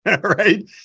right